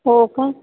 हो का